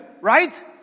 right